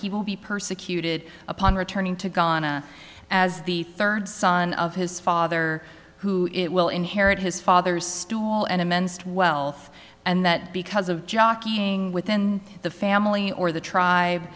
he will be persecuted upon returning to gone to as the third son of his father who it will inherit his father's stool and immense wealth and that because of jockeying within the family or the tr